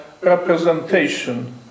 representation